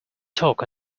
talk